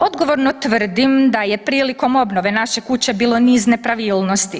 Odgovorno tvrdim da je prilikom obnove naše kuće bilo niz nepravilnosti.